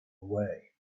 away